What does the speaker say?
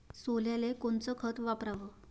सोल्याले कोनचं खत वापराव?